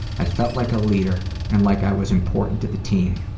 i felt like a leader and like i was important to the team.